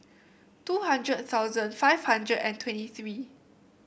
two hundred thousand five hundred and twenty three